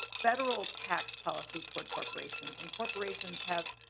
federal tax policy toward corporations and corporations have.